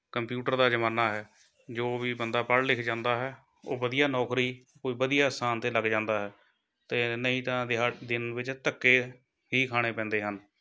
computer ਦਾ ਜ਼ਮਾਨਾ ਹੈ ਜੋ ਵੀ ਬੰਦਾ ਪੜ੍ਹ ਲਿਖ ਜਾਂਦਾ ਹੈ ਉਹ ਵਧੀਆ ਨੌਕਰੀ ਕੋਈ ਵਧੀਆ ਆਸਾਮ 'ਤੇ ਲੱਗ ਜਾਂਦਾ ਹੈ ਅਤੇ ਨਹੀਂ ਤਾਂ ਦਿਹਾ ਦਿਨ ਵਿੱਚ ਧੱਕੇ ਹੀ ਖਾਣੇ ਪੈਂਦੇ ਹਨ